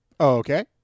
okay